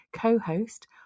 co-host